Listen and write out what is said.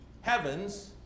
heavens